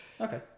Okay